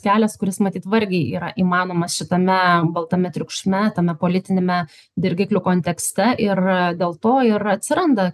kelias kuris matyt vargiai yra įmanomas šitame baltame triukšme tame politiniame dirgiklių kontekste ir dėl to ir atsiranda